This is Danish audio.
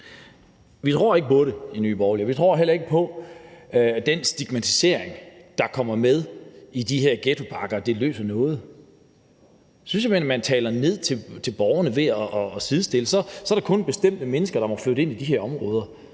Vi tror ikke på det i Nye Borgerlige, og vi tror heller ikke på, at den stigmatisering, der kommer med de her ghettopakker, løser noget. Jeg synes simpelt hen, at man taler ned til borgerne ved at sidestille det og sige, at så er det kun bestemte mennesker, der må flytte ind i de her områder,